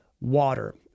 water